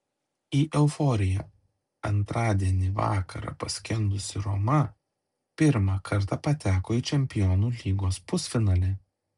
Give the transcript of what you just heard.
į euforiją antradienį vakarą paskendusi roma pirmą kartą pateko į čempionų lygos pusfinalį